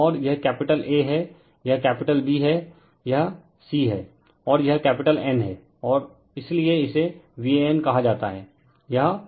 और यह capital A है यह कैपिटल बी है और यह सी है और यह कैपिटल एन है और इसलिए इसे VAN कहा जाता है